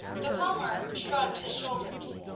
the palmer shrugged his shoulders.